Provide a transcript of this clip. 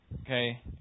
Okay